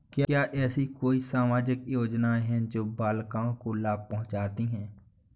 क्या ऐसी कोई सामाजिक योजनाएँ हैं जो बालिकाओं को लाभ पहुँचाती हैं?